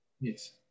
yes